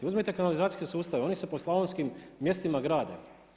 Uzmite kanalizacijske sustave, oni se po slavonskim mjestima grade.